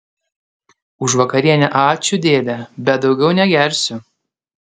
už vakarienę ačiū dėde bet daugiau negersiu